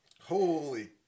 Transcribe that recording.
Holy